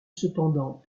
cependant